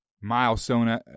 milestone